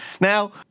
Now